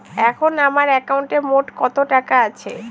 এখন আমার একাউন্টে মোট কত টাকা আছে?